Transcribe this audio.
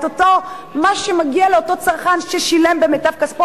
את מה שמגיע לאותו צרכן ששילם במיטב כספו,